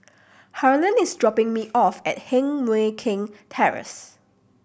Harland is dropping me off at Heng Mui Keng Terrace